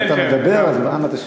אם אתה מדבר, אז להבא תשב.